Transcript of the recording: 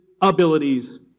abilities